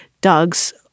dogs